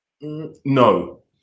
no